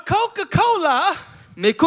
Coca-Cola